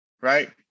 right